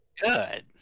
Good